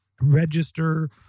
register